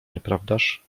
nieprawdaż